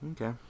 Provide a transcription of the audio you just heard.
okay